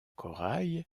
corail